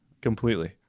completely